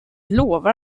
lovar